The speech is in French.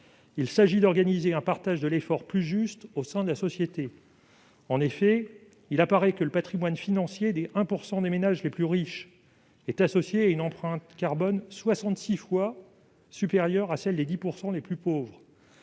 Il s'agit d'organiser un partage de l'effort plus juste au sein de la société. En effet, il apparaît que le patrimoine financier des 1 % des ménages les plus riches est associé à une empreinte carbone 66 fois supérieure à celle des 10 % les plus pauvres.